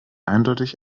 eindeutig